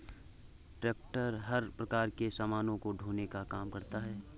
tractor हर प्रकार के सामानों को ढोने का काम करता है